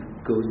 Goes